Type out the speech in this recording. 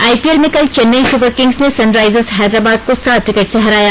IPL में कल Chennai Super Kings ने सनराइजर्स हैदराबाद को सात विकेट से हराया